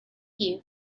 you